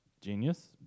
genius